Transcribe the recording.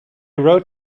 wrote